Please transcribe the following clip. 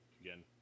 again